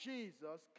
Jesus